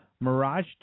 Mirage